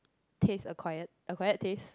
taste acquired acquired taste